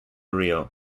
reel